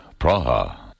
Praha